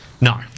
No